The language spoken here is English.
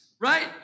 right